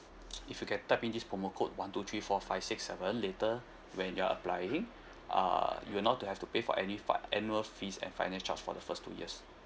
if you can type in this promo code one two three four five six seven later when you're applying uh you will not have to pay for any fi~ annual fees and finance charge for the first two years